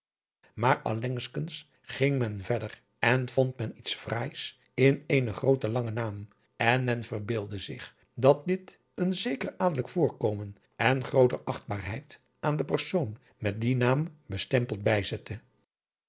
maar allengkens ging men verder en vond men iets fraais in eenen grooten langen naam en men verbeeldde zich dat dit een zeker adelijk voorkomen en grooter achtbaarheid aan den persoon met dien naam bestempeld bijzette